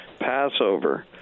Passover